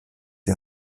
die